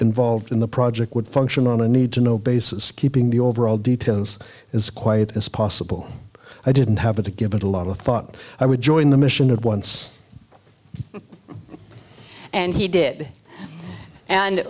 involved in the project would function on a need to know basis keeping the overall details as quiet as possible i didn't have to give it a lot of thought i would join the mission of once and he did and